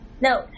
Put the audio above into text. No